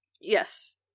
Yes